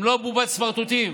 הם לא בובת סמרטוטים